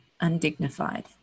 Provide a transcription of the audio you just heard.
undignified